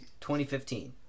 2015